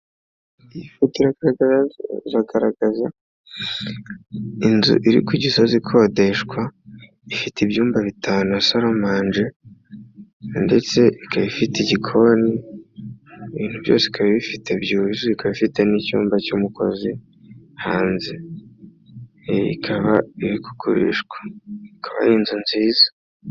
Iyi foto izagaragaza inzu iri ku Gisozi ikodeshwa, ifite ibyumba bitanu na saromanje ndetse ikaba ifite igikoni, ibintu byose ikaba ifite byuzuye, ika ifite n'icyumba cy'umukozi hanze, ikaba iri kugurishwa , ikaba ari inzu nziza .